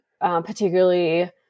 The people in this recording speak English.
particularly